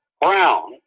Brown